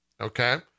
okay